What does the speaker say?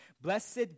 Blessed